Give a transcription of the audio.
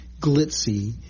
glitzy